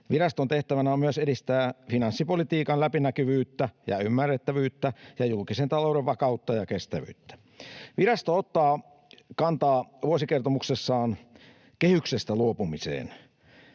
Viraston tehtävänä on myös edistää finanssipolitiikan läpinäkyvyyttä ja ymmärrettävyyttä ja julkisen talouden vakautta ja kestävyyttä. Virasto ottaa vuosikertomuksessaan kantaa kehyksestä luopumiseen: